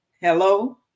hello